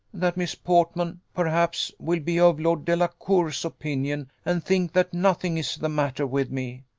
that miss portman, perhaps, will be of lord delacour's opinion, and think that nothing is the matter with me.